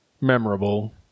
memorable